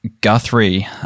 Guthrie